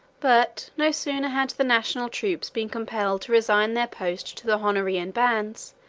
but no sooner had the national troops been compelled to resign their post to the honorian bands,